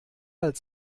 halt